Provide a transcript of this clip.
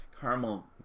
caramel